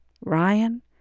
Ryan